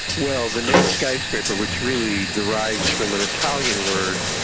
well, the name skyscraper, which really derives from an italian word,